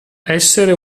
essere